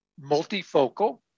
multifocal